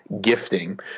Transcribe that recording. gifting